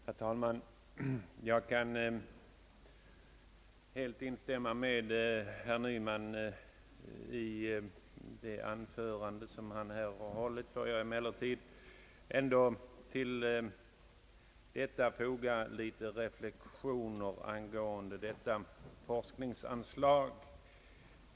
Herr talman! Jag kan helt instämma i det anförande som herr Nyman här har hållit. Jag vill emellertid ändå göra några reflexioner kring detta forskningsanslag.